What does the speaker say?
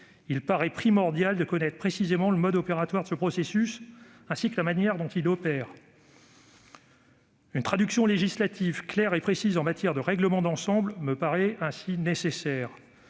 il paraît primordial de connaître précisément le mode opératoire de ce processus, ainsi que la manière dont il opère. Une traduction législative claire et précise en matière de règlements d'ensemble me paraît ainsi nécessaire.